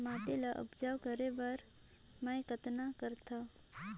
माटी ल उपजाऊ करे बर मै कतना करथव?